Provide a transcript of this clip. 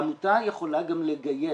עמותה יכולה גם לגייס.